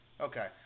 Okay